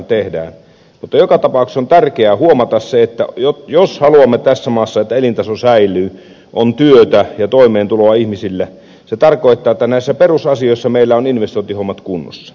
mutta joka tapauksessa on tärkeää huomata se että jos haluamme että tässä maassa elintaso säilyy on työtä ja toimeentuloa ihmisille se tarkoittaa että näissä perusasioissa meillä ovat investointihommat kunnossa